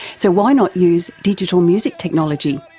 so why not use digital music technology?